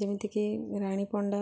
ଯେମିତିକି ରାଣୀ ପଣ୍ଡା